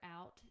out